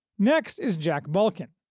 next is jack balkin.